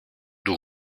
του